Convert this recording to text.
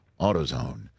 AutoZone